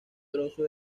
trozo